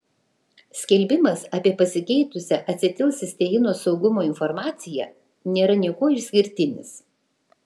skelbimas apie pasikeitusią acetilcisteino saugumo informaciją nėra niekuo išskirtinis